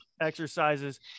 exercises